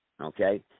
okay